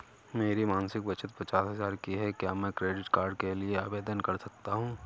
मेरी मासिक बचत पचास हजार की है क्या मैं क्रेडिट कार्ड के लिए आवेदन कर सकता हूँ?